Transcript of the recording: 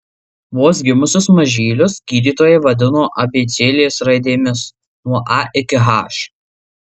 vos gimusius mažylius gydytojai vadino abėcėlės raidėmis nuo a iki h